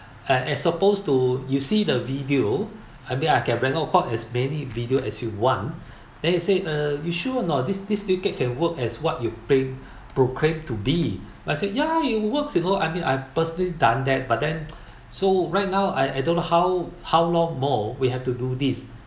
and as oppose to you see the video I mean I can bring out quite as many video as you want then they say uh you sure or not this this liquid can work as what you claim proclaim to be I said ya it works you know I mean I personally done that but then so right now I I don't know how how long more we have to do this